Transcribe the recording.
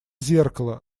зеркало